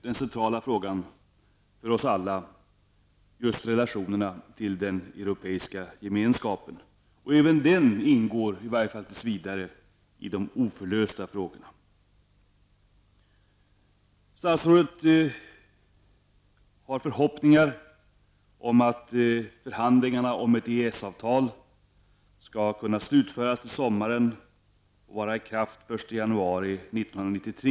Den centrala frågan för oss alla i Sverige är relationerna till den Europeiska gemenskapen. Även denna ingår tills vidare i gruppen ''oförlösta frågor''. Statsrådet har förhoppningar om att förhandlingarna om ett EES avtal skall kunna slutföras till sommaren och vara i kraft den 1 januari 1993.